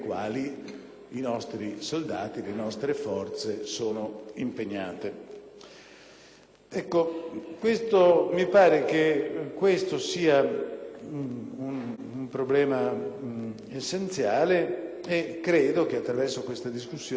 Mi pare che questo sia un problema essenziale e credo che attraverso l'odierna discussione dobbiamo contribuire a tracciare questo quadro e questo indirizzo.